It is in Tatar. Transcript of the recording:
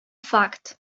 факт